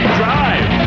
drive